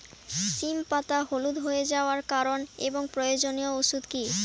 সিম পাতা হলুদ হয়ে যাওয়ার কারণ এবং প্রয়োজনীয় ওষুধ কি?